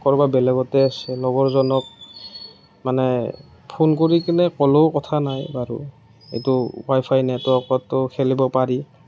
ক'ৰবাত বেলেগতে আছে লগৰজনক মানে ফোন কৰিকিনে ক'লেও কথা নাই বাৰু এইটো ৱাই ফাই নেটৱৰ্কতো খেলিব পাৰি